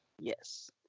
Yes